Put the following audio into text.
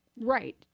Right